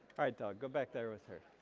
alright dawg go back there with her.